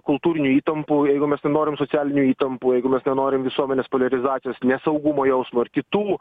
kultūrinių įtampų jeigu mes nenorim socialinių įtampų jeigu mes nenorim visuomenės poliarizacijos nesaugumo jausmo ir kitų